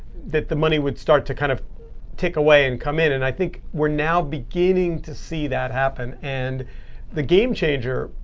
that the money would start to kind of tick away and come in. and i think we're now beginning to see that happen. and the game changer,